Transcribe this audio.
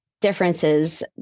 differences